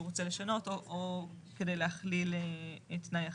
רוצה לשנות או כדי להכליל תנאי אחיד.